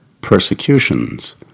persecutions